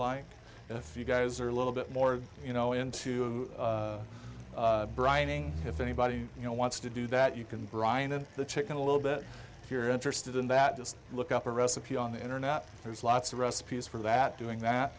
like if you guys are a little bit more you know into brining if anybody you know wants to do that you can brine and the chicken a little bit if you're interested in that just look up a recipe on the internet there's lots of recipes for that doing that